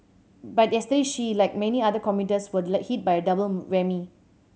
but yesterday she like many other commuters were hit by a double whammy